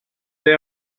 they